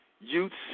youths